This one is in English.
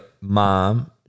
Mom